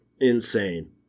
Insane